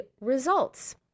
results